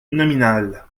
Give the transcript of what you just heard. nominal